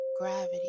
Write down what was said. Gravity